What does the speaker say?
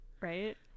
right